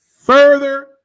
further